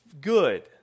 good